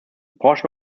portion